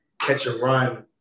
catch-and-run